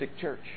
church